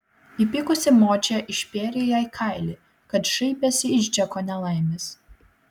įpykusi močia išpėrė jai kailį kad šaipėsi iš džeko nelaimės